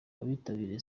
abitabiriye